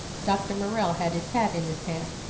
dr. morrell had his hat in his hand.